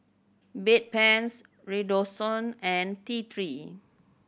Bedpans Redoxon and T Three